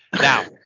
Now